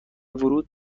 ورود